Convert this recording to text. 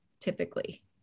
typically